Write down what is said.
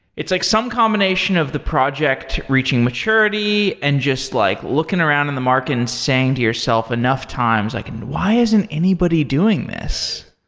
it's like some combination of the project reaching maturity and just like looking around in the market and saying to yourself enough times, like and why isn't anybody doing this?